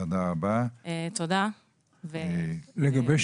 תודה ותודה על